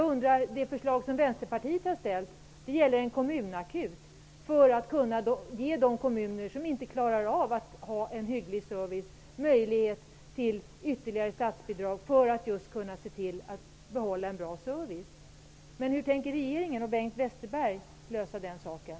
Vänsterpartiet har lagt fram ett förslag om att en kommunakut inrättas, för att de kommuner som inte klarar av att hålla en hygglig service skall få en möjlighet till ytterligare statsbidrag just för det ändamålet. Hur tänker regeringen och Bengt Westerberg ordna den saken?